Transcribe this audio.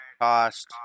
cost